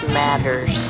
matters